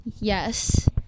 Yes